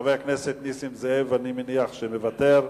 חבר הכנסת נסים זאב, אני מניח שמוותר.